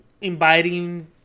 inviting